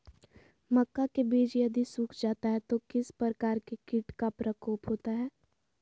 मक्का के बिज यदि सुख जाता है तो किस प्रकार के कीट का प्रकोप होता है?